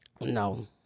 No